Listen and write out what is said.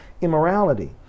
immorality